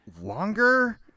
longer